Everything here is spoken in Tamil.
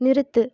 நிறுத்து